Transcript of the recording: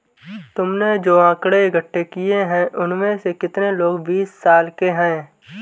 तुमने जो आकड़ें इकट्ठे किए हैं, उनमें से कितने लोग बीस साल के हैं?